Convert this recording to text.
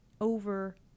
over